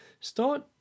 start